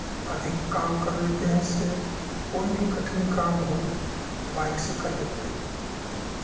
अधिक काम कर लेते हैं इससे कोई भी कठिन काम हो तो बाइक से कर लेते हैं